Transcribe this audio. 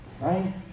right